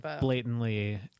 blatantly